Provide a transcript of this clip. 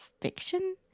fiction